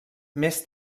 més